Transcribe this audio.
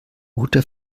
ute